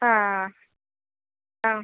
ആ ആ ആ